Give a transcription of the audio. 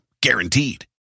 Guaranteed